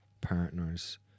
partners